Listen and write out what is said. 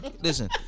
listen